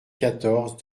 quatorze